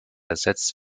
ersetzt